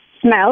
smell